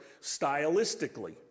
stylistically